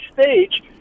stage